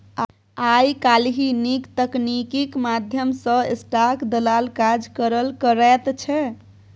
आय काल्हि नीक तकनीकीक माध्यम सँ स्टाक दलाल काज करल करैत छै